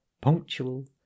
punctual